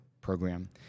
program